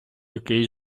який